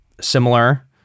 similar